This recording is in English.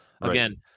Again